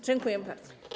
Dziękuję bardzo.